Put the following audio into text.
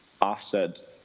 offset